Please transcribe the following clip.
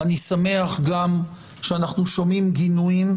אני שמח גם שאנחנו שומעים גינויים,